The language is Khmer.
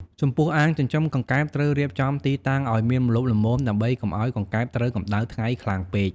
ចំពោះអាងចិញ្ចឹមកង្កែបត្រូវរៀបចំទីតាំងឲ្យមានម្លប់ល្មម ដើម្បីកុំឲ្យកង្កែបត្រូវកម្ដៅថ្ងៃខ្លាំងពេក។